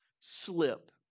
slip